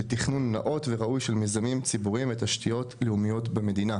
בתכנון נאות וראוי של מיזמים ציבוריים ותשתיות לאומיות במדינה.